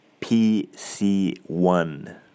PC1